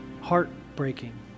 heartbreaking